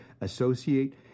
associate